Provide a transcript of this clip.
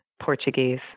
Portuguese